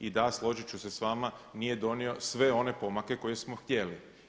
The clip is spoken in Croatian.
I da, složiti ću se s vama, nije donio sve one pomake koje smo htjeli.